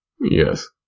Yes